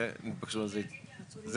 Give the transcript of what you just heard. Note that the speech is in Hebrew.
על זה התבקשו לתת תשובה.